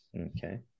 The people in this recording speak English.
Okay